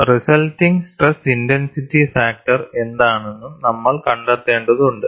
resulting stress intensity factor എന്താണെന്നും നമ്മൾ കണ്ടെത്തേണ്ടതുണ്ട്